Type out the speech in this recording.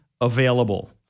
available